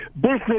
business